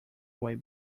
away